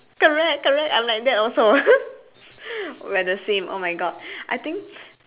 correct correct I'm like that also we're the same oh my god I think